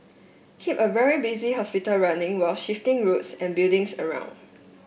keep a very busy hospital running while shifting roads and buildings around